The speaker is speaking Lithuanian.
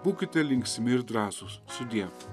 būkite linksmi ir drąsūs sudie